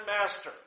master